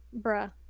bruh